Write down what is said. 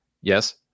Yes